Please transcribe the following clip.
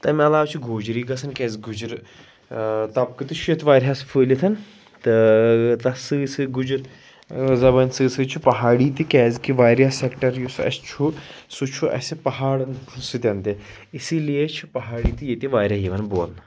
تَمہِ علاوٕ چھُ گُوجری گژھان کیٛازِ گُجٕرۍ ٲں طبقہٕ تہِ چھُ ییٚتہِ واریاہَس پھٕہلتھ تہٕ تَتھ سۭتۍ سۭتۍ گُجرۍ ٲں زبٲنۍ سۭتۍ سۭتۍ چھُ پہاڑی تہِ کیٛازِکہِ واریاہ سیٚکٹر یُس اسہِ چھُ سُہ چھُ اسہِ پہاڑن سۭتۍ تہِ اسی لیے چھُ پہاڑی تہِ ییٚتہِ واریاہ یِوان بولنہٕ